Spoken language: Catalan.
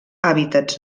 hàbitats